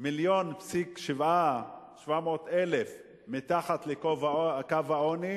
1.7 מיליון מתחת לקו העוני,